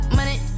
Money